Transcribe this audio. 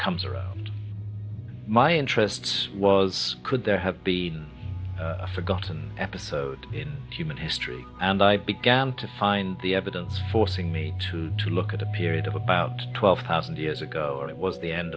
comes around my interests was could there have been a forgotten episode in human history and i began to find the evidence forcing me to to look at a period of about twelve thousand years ago it was the end